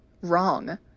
Wrong